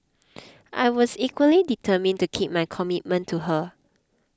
I was equally determined to keep my commitment to her